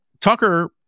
Tucker